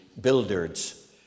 builders